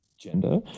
gender